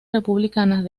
republicanas